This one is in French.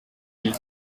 mille